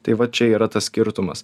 tai vat čia yra tas skirtumas